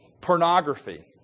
pornography